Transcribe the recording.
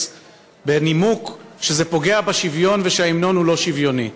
בנימוק שזה פוגע בשוויון ושההמנון הוא לא שוויוני.